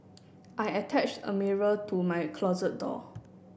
I attached a mirror to my closet door